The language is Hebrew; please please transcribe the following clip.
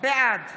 בעד